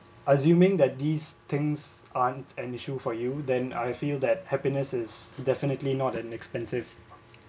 assuming that these things aren't an issue for you then I feel that happiness is definitely not an expensive